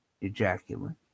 ejaculate